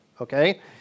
Okay